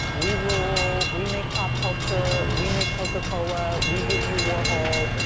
we rule, we make pop culture, we make coca-cola. we give you warhol.